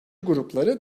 grupları